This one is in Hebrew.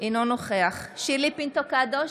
אינו נוכח שירלי פינטו קדוש,